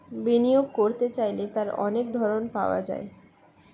বিনিয়োগ করতে চাইলে তার অনেক ধরন পাওয়া যায়